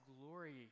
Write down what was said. glory